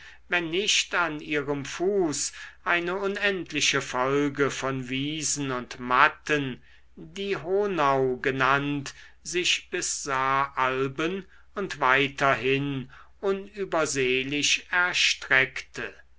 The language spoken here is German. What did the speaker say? wenn nicht an ihrem fuß eine unendliche folge von wiesen und matten die hohnau genannt sich bis saaralben und weiter hin unübersehlich erstreckte